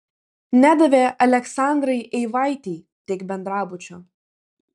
nedavė aleksandrai eivaitei tik bendrabučio